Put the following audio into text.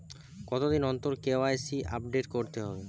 কতদিন অন্তর KYC update করতে হবে?